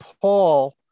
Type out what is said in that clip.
Paul